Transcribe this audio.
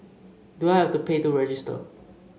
do I have to pay to register